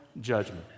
judgment